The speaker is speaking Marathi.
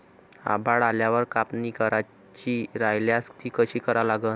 आभाळ आल्यावर कापनी करायची राह्यल्यास ती कशी करा लागन?